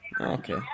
Okay